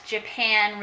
Japan